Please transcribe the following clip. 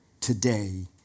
today